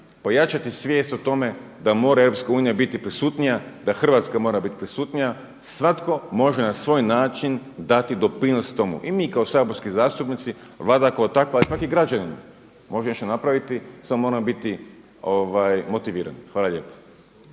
pojačati svijest o tome da mora EU biti prisutnija, da Hrvatska mora biti prisutnija. Svatko može na svoj način dati doprinos tome i mi kao saborski zastupnici, Vlada kao takva, svaki građanin može nešto napraviti samo moramo biti motivirani. Hvala lijepo.